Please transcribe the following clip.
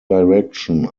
direction